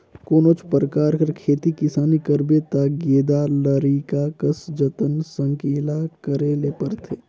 कोनोच परकार कर खेती किसानी करबे ता गेदा लरिका कस जतन संकेला करे ले परथे